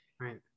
right